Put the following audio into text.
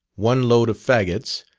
one load of faggots,